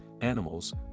animals